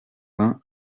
vingt